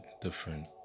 different